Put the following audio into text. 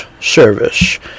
service